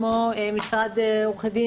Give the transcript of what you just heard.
כמו משרד עורכי דין,